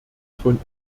von